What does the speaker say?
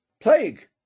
plague